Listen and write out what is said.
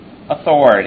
Authority